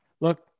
look